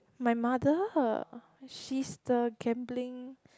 my mother she's the gambling